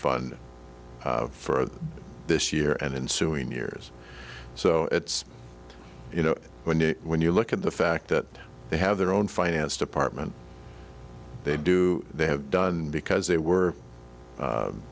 fund for this year and in suing years so it's you know when you when you look at the fact that they have their own finance department they do they have done because they were